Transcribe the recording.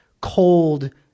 cold